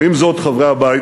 אבל עם זאת, חברי הבית,